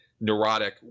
neurotic